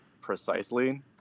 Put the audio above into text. precisely